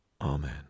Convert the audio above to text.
Amen